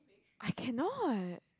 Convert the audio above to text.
I cannot